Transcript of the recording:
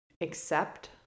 accept